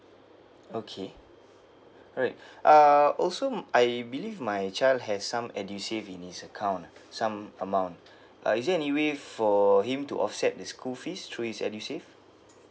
okay right uh also I believe my child has some edusave in his account ah some amount uh is there any way for him to offset the school fees through his edusave